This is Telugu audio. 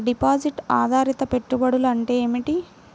డిపాజిట్ ఆధారిత పెట్టుబడులు అంటే ఏమిటి?